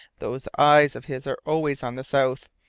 those eyes of his are always on the south,